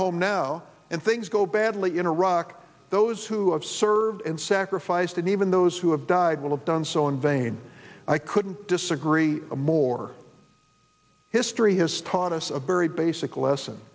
home now and things go badly in iraq those who have served and sacrificed and even those who have died will have done so in vain i couldn't disagree more history has taught us a very basic less